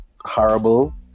horrible